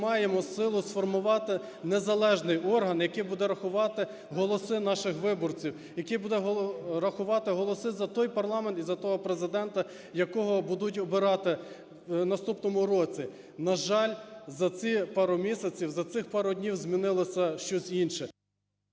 ми маємо силу сформувати незалежний орган, який буде рахувати голоси наших виборців, який буде рахувати голоси за той парламент і за того Президента, якого будуть обирати в наступному році. На жаль, за ці пару місяців, за цих пару днів змінилося щось інше…